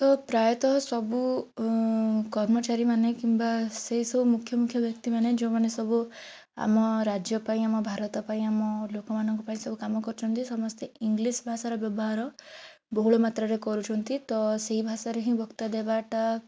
ତ ପ୍ରାୟତଃ ସବୁ କର୍ମଚାରୀମାନେ କିମ୍ବା ସେଇସବୁ ମୁଖ୍ୟ ମୁଖ୍ୟ ବ୍ୟକ୍ତିମାନେ ଯେଉଁମାନେ ସବୁ ଆମ ରାଜ୍ୟ ପାଇଁ ଆମ ଭାରତ ପାଇଁ ଆମ ଲୋକମାନଙ୍କ ପାଇଁ ସବୁ କାମ କରିଛନ୍ତି ସମସ୍ତେ ଇଂଲିଶ ଭାଷାର ବ୍ୟବହାର ବହୁଳ ମାତ୍ରାରେ କରୁଛନ୍ତି ତ ସେଇ ଭାଷାରେ ବକ୍ତା ଦେବାଟା